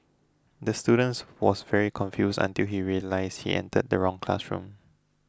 the student was very confused until he realised he entered the wrong classroom